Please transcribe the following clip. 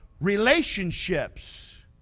relationships